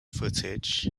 footage